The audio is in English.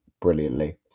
brilliantly